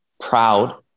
proud